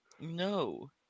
No